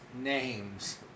names